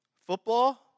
Football